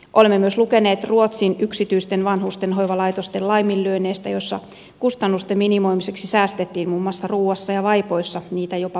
olemme myös lukeneet ruotsin yksityisten vanhustenhoivalaitosten laiminlyönneistä joissa kustannusten minimoimiseksi säästettiin muun muassa ruuassa ja vaipoissa niitä jopa punnitsemalla